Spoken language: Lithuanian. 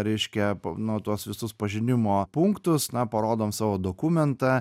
reiškia nu tuos visus pažinimo punktus na parodom savo dokumentą